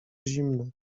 zimne